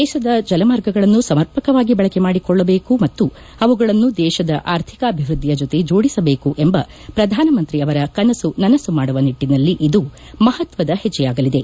ದೇಶದ ಜಲಮಾರ್ಗಗಳನ್ನು ಸಮರ್ಪಕವಾಗಿ ಬಳಕೆ ಮಾಡಿಕೊಳ್ಳಬೇಕು ಮತ್ತು ಅವುಗಳನ್ನು ದೇಶದ ಆರ್ಥಿಕಾಭಿವೃದ್ದಿಯ ಜೊತೆ ಜೋಡಿಸಬೇಕು ಎಂಬ ಪ್ರಧಾನಮಂತ್ರಿ ಅವರ ಕನಸು ನನಸು ಮಾಡುವ ನಿಟ್ಟನಲ್ಲಿ ಇದು ಮಹತ್ವದ ಹೆಜ್ಜೆಯಾಗಲಿದೆ